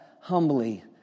humbly